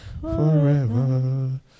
forever